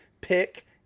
pick